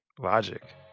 Logic